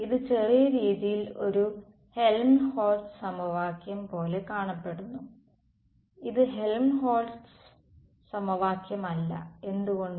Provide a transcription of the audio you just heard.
ഇത് ചെറിയ രീതിയിൽ ഒരു ഹെൽംഹോൾട്ട്സ് സമവാക്യം പോലെ കാണപ്പെടുന്നു ഇത് ഹെൽംഹോൾട്ട്സ് സമവാക്യമല്ല എന്തുകൊണ്ട്